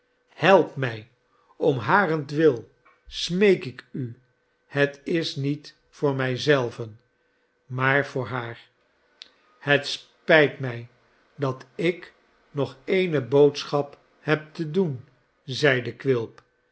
help mij om harentwil smeek ik u het is niet voor mij zelven maar voor haar het spijt mij dat ik nog eene boodschap heb te doen zeide quilp